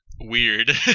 weird